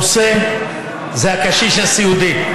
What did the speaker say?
הנושא זה הקשיש הסיעודי.